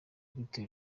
gute